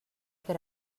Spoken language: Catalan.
que